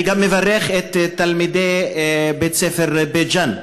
אני גם מברך את תלמידי בית הספר בית ג'ן,